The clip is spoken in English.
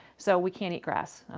so we can't eat grass.